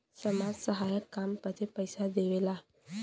समाज सहायक काम बदे पइसा देवेला